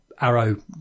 arrow